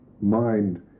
mind